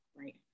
Right